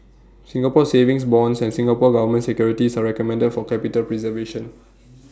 Singapore savings bonds and Singapore Government securities are recommended for capital preservation